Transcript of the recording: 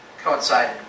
coincided